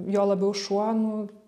juo labiau šuo nu